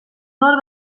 nord